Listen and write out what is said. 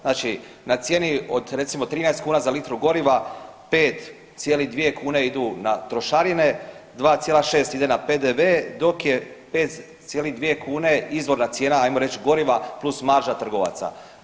Znači na cijeni od resimo 13 kuna za litru goriva, 5,2 kune idu na trošarine, 2,6 ide na PDV dok je 5,2 kune izvorna cijena ajmo reći goriva plus marža trgovaca.